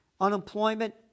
Unemployment